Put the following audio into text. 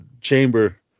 chamber